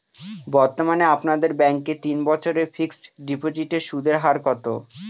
বর্তমানে আপনাদের ব্যাঙ্কে তিন বছরের ফিক্সট ডিপোজিটের সুদের হার কত?